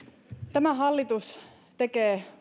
tämä hallitus tekee